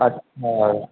अछा